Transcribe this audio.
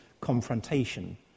confrontation